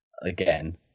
again